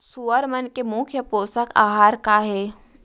सुअर मन के मुख्य पोसक आहार का हे?